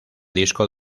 disco